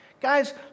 Guys